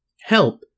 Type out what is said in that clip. Help